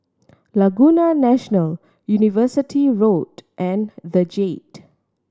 Laguna National University Road and The Jade